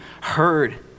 heard